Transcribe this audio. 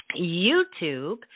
YouTube